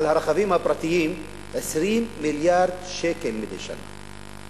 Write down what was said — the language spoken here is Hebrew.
הרכבים הפרטיים 20 מיליארד שקל מדי שנה,